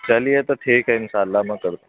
چلیے تو ٹھیک ہے ان شاء اللہ میں کر دوں گا